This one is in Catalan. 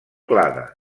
clade